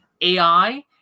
AI